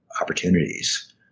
opportunities